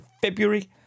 February